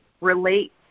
relate